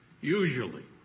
usually